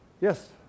Yes